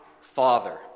Father